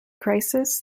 crisis